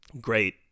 great